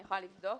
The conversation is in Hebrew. אני יכולה לבדוק.